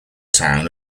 town